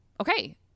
Okay